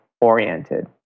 oriented